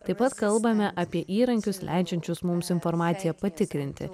taip pat kalbame apie įrankius leidžiančius mums informaciją patikrinti